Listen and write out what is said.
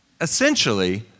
essentially